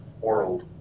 oral